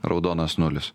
raudonas nulis